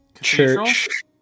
church